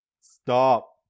Stop